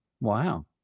Wow